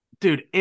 Dude